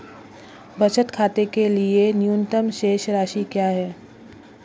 बचत खाते के लिए न्यूनतम शेष राशि क्या है?